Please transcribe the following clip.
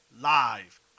live